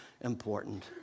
important